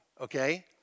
okay